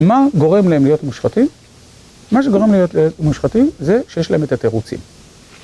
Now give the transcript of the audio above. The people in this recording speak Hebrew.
מה גורם להם להיות מושחתים? מה שגורם להם להיות מושחתים זה שיש להם את התירוצים.